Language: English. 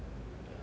ah